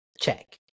Check